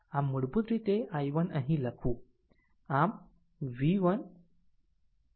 આમ મૂળભૂત રીતે i1 અહીં લખવું